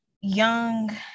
young